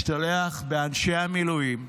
הוא משתלח באנשי המילואים,